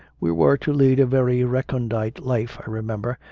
we were to lead a very recondite life, i remember,